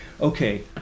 okay